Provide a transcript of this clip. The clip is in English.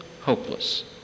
hopeless